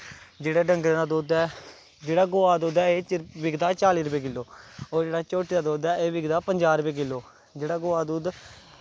जेह्ड़ा डंगरें दा दुद्ध ऐ जेह्ड़ा गवै दा दुद्ध ऐ एह् बिकदा चाली रपेऽ किलो होर जेह्ड़ा झोटी दा दुद्ध ऐ एह् बिकदा पंजाह् रपेऽ किलो जेह्ड़ा गवा दा दुद्ध